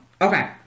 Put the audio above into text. Okay